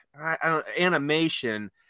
animation